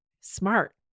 smart